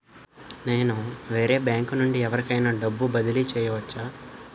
నేను వేరే బ్యాంకు నుండి ఎవరికైనా డబ్బు బదిలీ చేయవచ్చా?